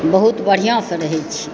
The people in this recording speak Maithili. बहुत बढ़िआँसँ रहैत छी